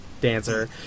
Dancer